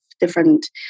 different